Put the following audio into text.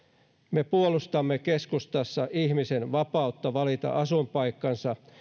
me puolustamme keskustassa ihmisen vapautta valita asuinpaikkansa